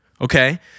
Okay